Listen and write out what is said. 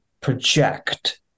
project